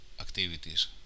activities